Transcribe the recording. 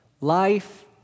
Life